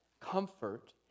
comfort